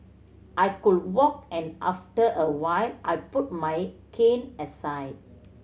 I could walk and after a while I put my cane aside